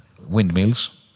windmills